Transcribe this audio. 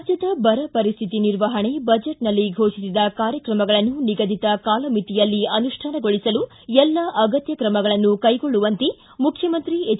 ರಾಜ್ಯದ ಬರ ಪರಿಶ್ನಿತಿ ನಿರ್ವಹಣೆ ಬಜೆಟ್ನಲ್ಲಿ ಘೋಷಿಸಿದ ಕಾರ್ಯಕ್ರಮಗಳನ್ನು ನಿಗದಿತ ಕಾಲಮಿತಿಯಲ್ಲಿ ಅನುಷ್ಯಾನಗೊಳಿಸಲು ಎಲ್ಲ ಅಗತ್ತ ಕ್ರಮಗಳನ್ನು ಕೈಗೊಳ್ಳುವಂತೆ ಮುಖ್ಯಮಂತ್ರಿ ಎಚ್